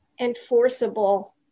enforceable